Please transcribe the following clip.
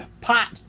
pot